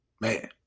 Man